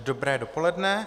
Dobré dopoledne.